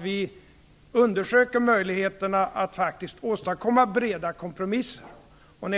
Vi måste undersöka möjligheterna att åstadkomma breda kompromisser. Jag